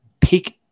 pick